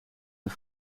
een